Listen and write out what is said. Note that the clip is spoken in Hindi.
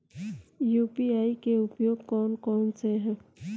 यू.पी.आई के उपयोग कौन कौन से हैं?